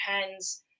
depends